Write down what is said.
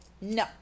No